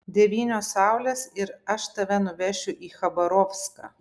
devynios saulės ir aš tave nuvešiu į chabarovską